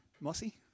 Mossy